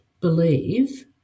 believe